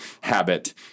habit